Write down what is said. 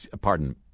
Pardon